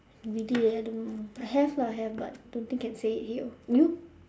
really eh I don't know have lah have but don't think can say it here you